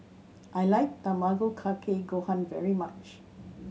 I like Tamago Kake Gohan very much